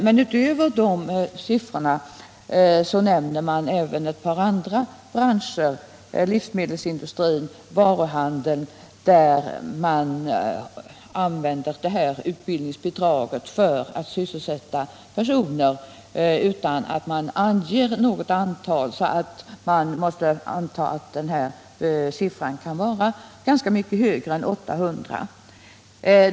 Rapporten nämner även ett par andra branscher, nämligen livsmedelsindustrin och varuhandeln, som också utnyttjar detta bidrag, men i det fallet har man inte angivit något antal. Man får därför anta att siffran kan vara ganska mycket högre än 800.